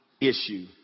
issue